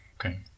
Okay